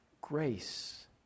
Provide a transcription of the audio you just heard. grace